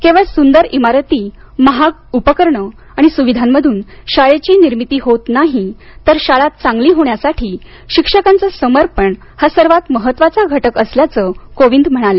केवळ सुंदर इमारती महाग उपकरणे आणि सुविधांमधून शाळेची निर्मिती होत नाही तर शाळा चांगली होण्यासाठी शिक्षकांचं समर्पण हा सर्वात महत्वाचा घटक असल्याचं कोविंद म्हणाले